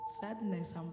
sadness